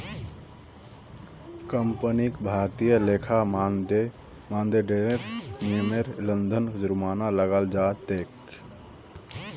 कंपनीक भारतीय लेखा मानदंडेर नियमेर उल्लंघनत जुर्माना लगाल जा तेक